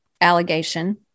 allegation